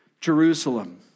Jerusalem